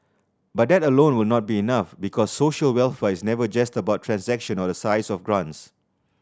but that alone will not be enough because social welfare is never just about transaction or the size of grants